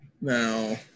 Now